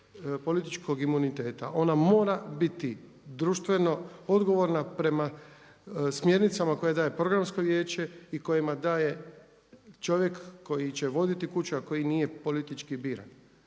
političkog imuniteta. Ona mora biti društveno odgovorna prema smjernicama koje daje Programsko vijeće i koje daje čovjek koji će voditi kuću a koji nije politički biran.